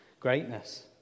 greatness